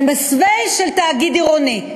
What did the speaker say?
במסווה של תאגיד עירוני,